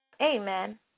Amen